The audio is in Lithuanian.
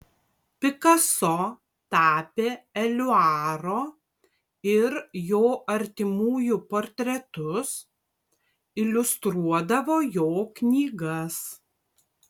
pikaso tapė eliuaro ir jo artimųjų portretus iliustruodavo jo knygas